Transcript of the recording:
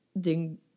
Ding